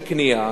בקנייה,